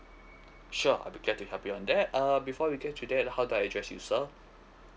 sure I'm glad to help you on that err before we get to that how do I address you sir